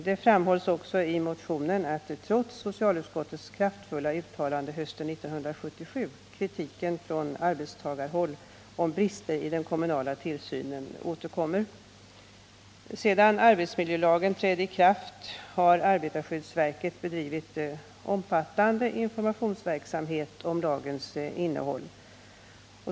Det framhålls också i motionen att trots socialutskottets kraftfulla uttalande hösten 1977 återkommer kritiken från arbetstagarhåll för brister i den kommunala tillsynen. Sedan arbetsmiljölagen trädde i kraft har arbetarskyddsverket bedrivit omfattande informationsverksamhet om lagens innehåll.